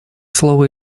слово